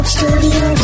Studio